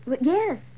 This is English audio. Yes